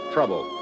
Trouble